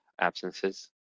absences